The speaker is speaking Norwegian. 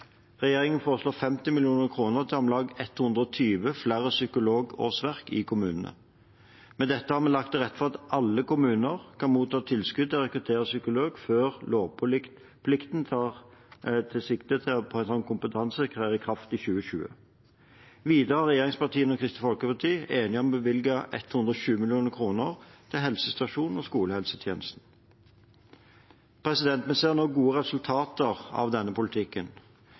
Regjeringen foreslår 50 mill. kr til om lag 120 flere psykologårsverk i kommunene. Med dette har vi lagt til rette for at alle kommuner kan motta tilskudd til å rekruttere psykolog, før lovplikten til å ha slik kompetanse trer i kraft i 2020. Videre er regjeringspartiene og Kristelig Folkeparti enige om å bevilge 120 mill. kr til helsestasjons- og skolehelsetjenesten. Vi ser nå gode resultater av denne politikken.